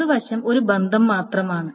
ഇടത് വശം ഒരു ബന്ധം മാത്രമാണ്